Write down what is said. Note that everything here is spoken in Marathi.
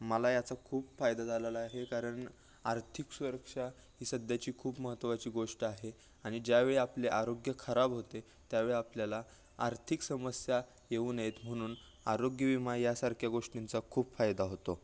मला याचा खूप फायदा झालाला आहे कारण आर्थिक सुरक्षा ही सध्याची खूप महत्वाची गोष्ट आहे आणि ज्यावेळी आपले आरोग्य खराब होते त्यावेळी आपल्याला आर्थिक समस्या येऊ नयेत म्हणून आरोग्यविमा यासारख्या गोष्टींचा खूप फायदा होतो